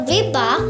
Vibha